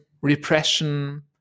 repression